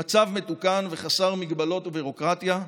במצב מתוקן וחסר מגבלות וביורוקרטיה,